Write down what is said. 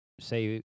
say